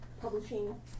publishing